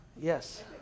yes